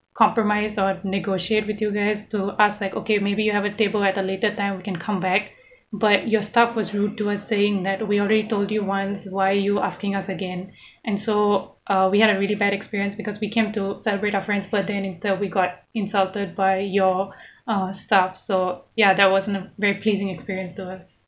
compromise or negotiate with you guys to ask like okay maybe you have a table at the later time we can come back but your staff was rude to us saying that we already told you once why you asking us again and so uh we had a really bad experience because we came to celebrate our friend's birthday instead we got insulted by your uh staff so ya that wasn't a very pleasing experience to us